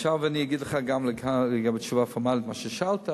עכשיו אני אגיד לך גם תשובה פורמלית למה ששאלת,